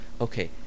Okay